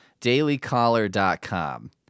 dailycaller.com